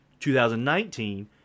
2019